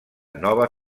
nova